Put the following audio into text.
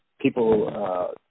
people